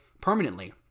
permanently